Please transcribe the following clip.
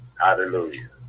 Hallelujah